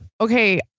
okay